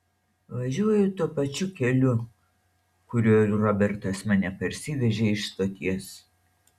važiuoju tuo pačiu keliu kuriuo robertas mane parsivežė iš stoties